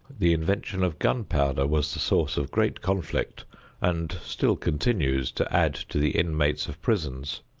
the invention of gun-powder was the source of great conflict and still continues to add to the inmates of prisons.